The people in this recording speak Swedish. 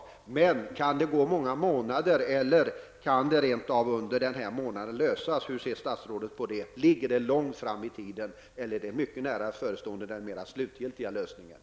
Kommer det att ta flera månader eller kommer frågan att lösas under den här månaden? Hur ser statsrådet på det? Ligger den slutgiltiga lösningen långt fram i tiden eller är den nära förestående?